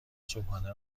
صبحانه